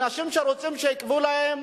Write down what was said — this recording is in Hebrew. אנשים שרוצים שיקבעו להם